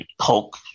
Hulk